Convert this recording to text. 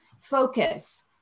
focus